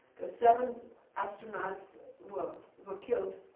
the seven astronauts were were killed.